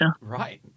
Right